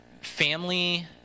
Family